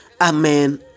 amen